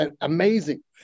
amazing